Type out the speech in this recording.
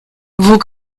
vous